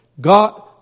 God